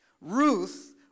Ruth